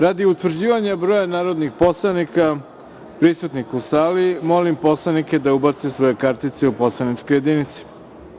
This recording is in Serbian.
Radi utvrđivanja broja narodnih poslanika prisutnih u sali, molim poslanike da ubace svoje kartice u poslaničke jedinice.